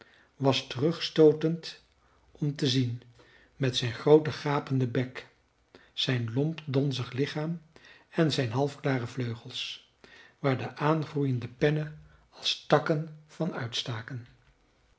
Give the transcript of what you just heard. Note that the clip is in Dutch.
was terugstootend om te zien met zijn grooten gapenden bek zijn lomp donzig lichaam en zijn halfklare vleugels waar de aangroeiende pennen als takken van uitstaken